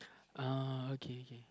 uh okay okay